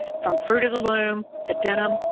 from fruit of the loom, to denim,